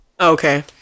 Okay